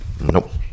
Nope